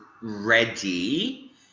ready